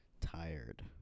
tired